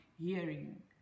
hearing